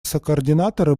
сокоординаторы